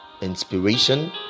inspiration